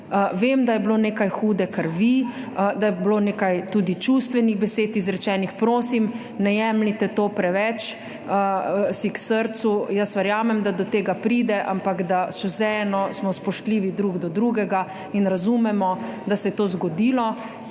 vem da je bilo nekaj hude krvi, da je bilo tudi nekaj čustvenih besed izrečenih, prosim, ne jemljite si tega preveč k srcu. Verjamem, da do tega pride, ampak smo še vseeno spoštljivi drug do drugega in razumemo, da se je to zgodilo,